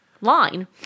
line